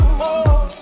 more